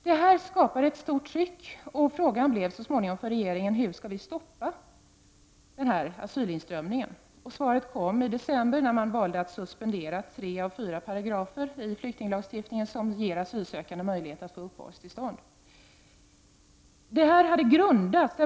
Detta skapade ett stort tryck, och frågan för regeringen blev så småningom: Hur skall vi stoppa den här asyltillströmningen? Svaret kom i december, när man valde att suspendera tre av fyra paragrafer i flyktinglagen som ger asylsökande möjlighet att få uppehållstillstånd.